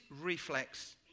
reflex